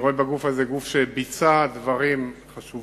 אני רואה בגוף הזה גוף שביצע דברים חשובים,